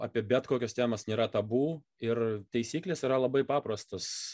apie bet kokias temas nėra tabu ir taisyklės yra labai paprastos